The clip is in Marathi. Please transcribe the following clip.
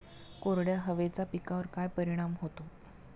कोरड्या हवेचा पिकावर काय परिणाम होतो?